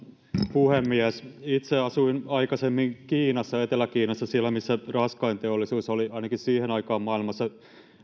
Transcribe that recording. puhemies itse asuin aikaisemmin kiinassa etelä kiinassa siellä missä raskain teollisuus oli vahvinta ainakin siihen aikaan maailmassa